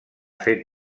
fet